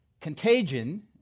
contagion